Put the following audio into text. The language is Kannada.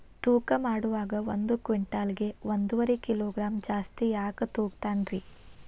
ತೂಕಮಾಡುವಾಗ ಒಂದು ಕ್ವಿಂಟಾಲ್ ಗೆ ಒಂದುವರಿ ಕಿಲೋಗ್ರಾಂ ಜಾಸ್ತಿ ಯಾಕ ತೂಗ್ತಾನ ರೇ?